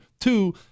Two